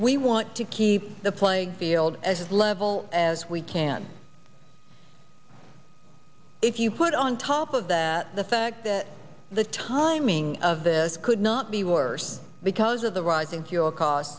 we want to keep the playing field as level as we can if you put on top of that the fact that the timing of this could not be worse because of the rising fuel costs